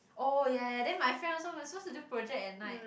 oh ya ya ya then my friend also we're supposed to do project at night